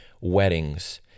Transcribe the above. weddings